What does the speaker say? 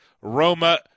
Roma